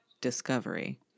discovery